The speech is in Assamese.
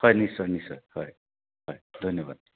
হয় নিশ্চয় নিশ্চয় হয় হয় ধন্যবাদ